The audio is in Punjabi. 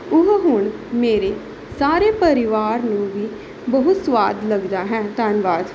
ਉਹ ਹੁਣ ਮੇਰੇ ਸਾਰੇ ਪਰਿਵਾਰ ਨੂੰ ਵੀ ਬਹੁਤ ਸਵਾਦ ਲੱਗਦਾ ਹੈ ਧੰਨਵਾਦ